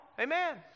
Amen